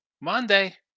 Monday